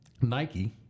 Nike